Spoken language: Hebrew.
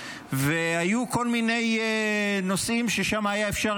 והיו כל מיני נושאים שבגינם היה אפשר